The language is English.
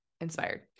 inspired